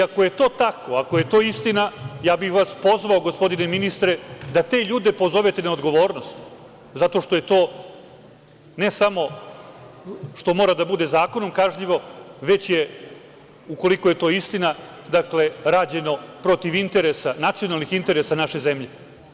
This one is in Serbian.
Ako je to tako i ako je to istina, ja bih vas pozvao, gospodine ministre, da te ljude pozovete na odgovornost zato što to ne samo da mora da bude zakonom kažnjivo, već je, ukoliko je to istina, rađeno protiv nacionalnih interesa naše zemlje.